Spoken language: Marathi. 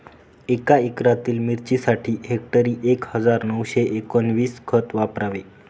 एका एकरातील मिरचीसाठी हेक्टरी एक हजार नऊशे एकोणवीस खत वापरावे